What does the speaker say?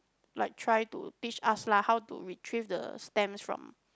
like try to teach us lah how to retrieve the stamps from